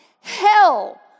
Hell